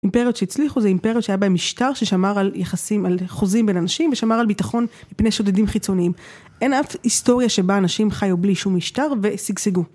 אימפריות שהצליחו זה אימפריות שהיה בה משטר ששמר על יחסים, על חוזים בין אנשים ושמר על ביטחון בפני שודדים חיצוניים, אין אף היסטוריה שבה אנשים חיו בלי שום משטר ושיגשיגו.